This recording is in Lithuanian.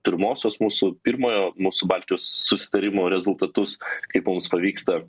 pirmosios mūsų pirmojo mūsų baltijos susitarimo rezultatus kaip mums pavyksta